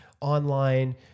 online